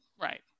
right